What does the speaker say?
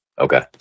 Okay